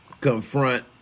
confront